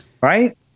Right